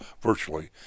virtually